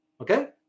okay